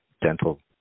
dental